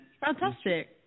Fantastic